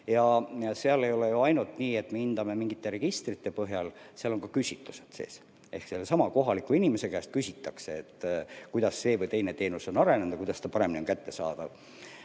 Seal ei ole ju ainult nii, et me hindame mingite registrite põhjal, seal on ka küsitlused sees. Sellesama kohaliku inimese käest küsitakse, kuidas see või teine teenus on arenenud ja kuidas ta on kättesaadav.